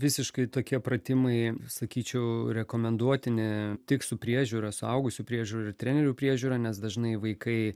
visiškai tokie pratimai sakyčiau rekomenduotini tik su priežiūra suaugusių priežiūra ir trenerių priežiūra nes dažnai vaikai